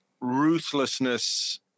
ruthlessness